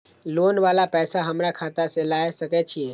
Loan वाला पैसा हमरा खाता से लाय सके छीये?